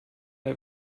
der